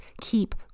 keep